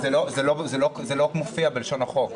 זה לא מופיע בלשון החוק.